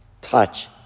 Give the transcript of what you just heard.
touch